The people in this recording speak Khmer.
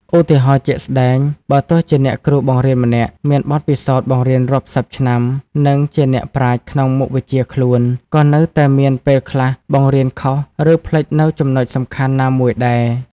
ឧទាហរណ៍ជាក់ស្ដែង បើទោះជាអ្នកគ្រូបង្រៀនម្នាក់មានបទពិសោធន៍បង្រៀនរាប់សិបឆ្នាំ និងជាអ្នកប្រាជ្ញក្នុងមុខវិជ្ជាខ្លួន ក៏នៅតែអាចមានពេលខ្លះបង្រៀនខុស រឺភ្លេចនូវចំណុចសំខាន់ណាមួយដែរ។